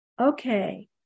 okay